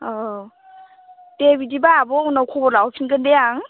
औ दे बिदिबा आब' उनाव खबर लाहरफिनगोन दे आं